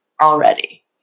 already